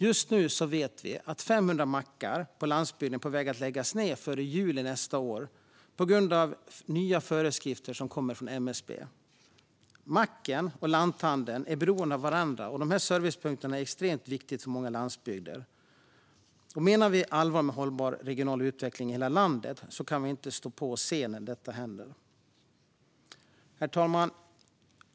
Just nu vet vi att 500 mackar på landsbygden är på väg att läggas ned före juli nästa år, på grund av nya föreskrifter från MSB. Macken och lanthandeln är beroende av varandra, och dessa servicepunkter är extremt viktiga för många landsbygder. Menar vi allvar med hållbar regional utveckling i hela landet kan vi inte stå och se på när detta händer. Herr talman!